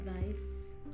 advice